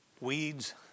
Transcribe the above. weeds